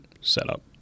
setup